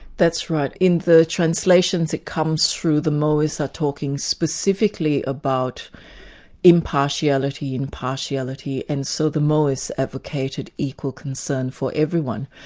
that's right. in the translations it comes through the mohists are talking specifically about impartiality, impartiality, and so the mohists advocated equal concern for everyone.